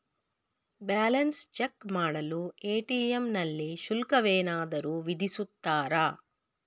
Balance check ಮಾಡಲು ATM ನಲ್ಲಿ ಶುಲ್ಕವೇನಾದರೂ ವಿಧಿಸುತ್ತಾರಾ?